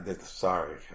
sorry